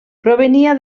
provenia